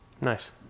Nice